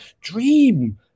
dream